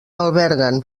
alberguen